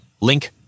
Link